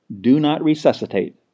do-not-resuscitate